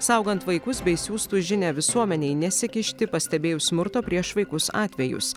saugant vaikus bei siųstų žinią visuomenei nesikišti pastebėjus smurto prieš vaikus atvejus